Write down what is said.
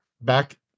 back